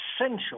essential